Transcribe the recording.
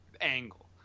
angle